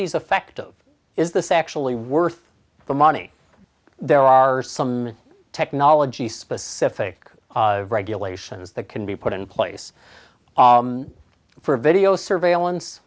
these effect of is this actually worth the money there are some technology specific regulations that can be put in place for video surveillance